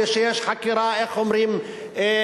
ושיש חקירה מסודרת,